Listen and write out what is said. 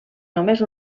només